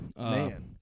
Man